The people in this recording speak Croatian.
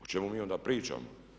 O čemu mi onda pričamo.